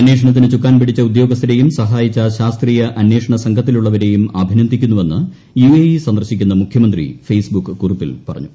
അന്വേഷണത്തിന് ചുക്കാൻ പിടിച്ച ഉദ്യോഗസ്ഥരെയും സഹായിച്ച ശാസ്ത്രീയ അന്വേഷണ സംഘത്തിലുള്ളവരെയും അഭിനന്ദിക്കുന്നുവെന്ന് യുഎഇ സന്ദർശിക്കുന്ന മുഖ്യമന്ത്രി ഫെയ്സ്ബുക്ക് കുറിപ്പിൽ പറഞ്ഞു